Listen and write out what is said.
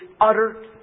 utter